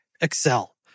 Excel